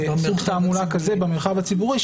בסוג תעמולה כזה במרחב הציבורי.